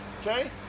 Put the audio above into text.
Okay